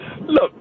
Look